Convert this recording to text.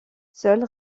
seule